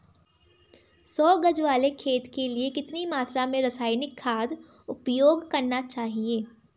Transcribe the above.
सौ गज वाले खेत के लिए कितनी मात्रा में रासायनिक खाद उपयोग करना चाहिए?